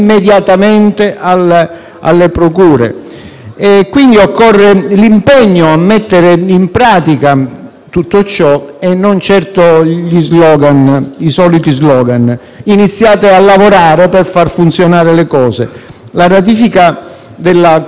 Occorre l'impegno a mettere in pratica tutto ciò e non certo i soliti *slogan*. Iniziate a lavorare per far funzionare le cose. La ratifica della Convenzione di Istanbul segna un progressivo